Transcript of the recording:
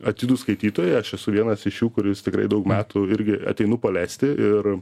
atidūs skaitytojai aš esu vienas iš jų kuris tikrai daug metų irgi ateinu paleisti ir